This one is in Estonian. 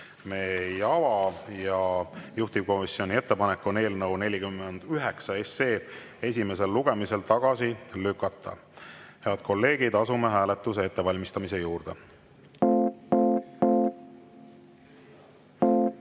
ei ava. Juhtivkomisjoni ettepanek on eelnõu 49 esimesel lugemisel tagasi lükata. Head kolleegid, asume hääletuse ettevalmistamise juurde.